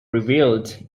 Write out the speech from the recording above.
revealed